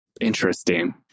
Interesting